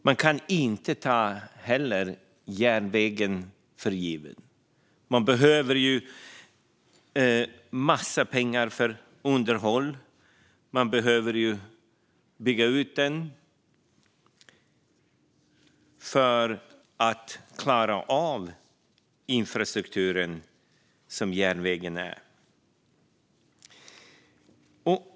Man kan inte ta järnvägen heller för given. Man behöver en massa pengar för underhåll. Man behöver bygga ut den för att klara av den infrastruktur som järnvägen är.